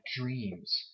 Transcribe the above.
dreams